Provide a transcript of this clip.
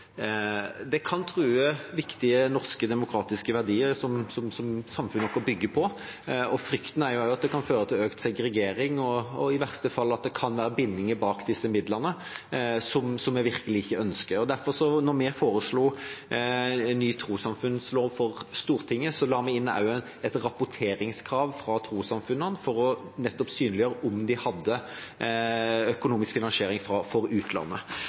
Det kan true viktige norske demokratiske verdier som samfunnet vårt bygger på, og frykten er også at det kan føre til økt segregering, og at det i verste fall kan være bindinger bak disse midlene som vi virkelig ikke ønsker. Da vi foreslo en ny trossamfunnslov for Stortinget, la vi derfor også inn et rapporteringskrav fra trossamfunnene for nettopp å synliggjøre om de hadde økonomisk finansiering fra utlandet.